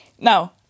now